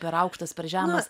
per aukštas per žemas